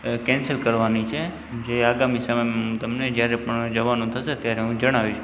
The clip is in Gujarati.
કૅન્સલ કરવાની છે જે અગામી સમયમાં હું તમને જયારે પણ જવાનું થશે ત્યારે હું જણાવીશ